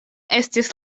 estis